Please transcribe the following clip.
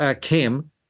Kim